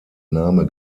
name